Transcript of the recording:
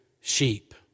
sheep